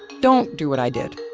don't do what i did.